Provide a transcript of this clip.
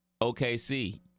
OKC